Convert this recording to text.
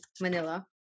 Manila